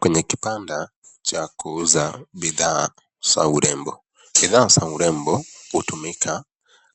Kwenye kibanda cha kuuza bidhaa za urembo. Bidhaa za urembo hutumika